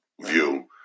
view